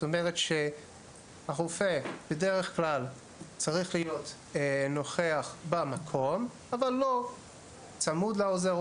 מה שאומר שהרופא צריך להיות נוכח במקום אבל לא צמוד אליו.